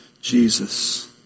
Jesus